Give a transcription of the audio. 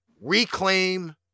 reclaim